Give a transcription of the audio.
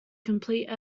complete